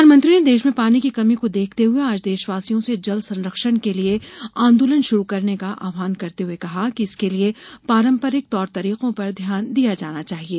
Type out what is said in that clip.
प्रधानमंत्री ने देश में पानी की कमी को देखते हुए आज देशवासियों से जल संरक्षण के लिये आंदोलन शुरू करने का आहवान करते हुए कहा कि इसके लिये पारंपरिक तौर तरिकों पर ध्यान दिया जाना चाहिये